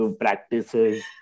practices